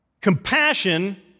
Compassion